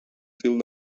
fil